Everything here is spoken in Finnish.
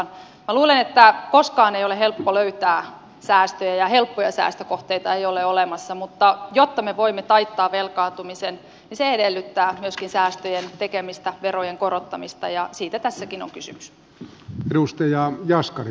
minä luulen että koskaan ei ole helppo löytää säästöjä ja helppoja säästökohteita ei ole olemassa mutta jotta me voimme taittaa velkaantumisen se edellyttää myöskin säästöjen tekemistä verojen korottamista ja siitä tässäkin on kysymys